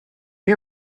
qué